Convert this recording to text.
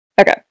Okay